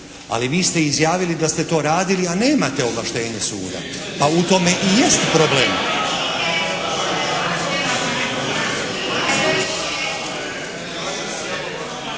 Ali vi ste izjavili da ste to radili, a nemate ovlaštenje suda. Pa u tome i jest problem.